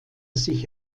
sich